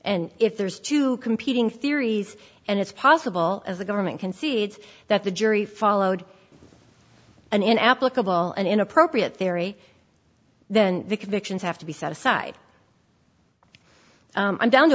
and if there's two competing theories and it's possible as the government concedes that the jury followed an applicable and inappropriate theory then the convictions have to be set aside i'm down to